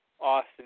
Austin